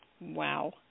Wow